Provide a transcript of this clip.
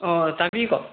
ꯇꯥꯕꯤꯀꯣ